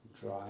dry